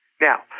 Now